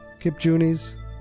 kipjunis